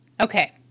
Okay